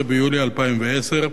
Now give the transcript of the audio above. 12 ביולי 2010,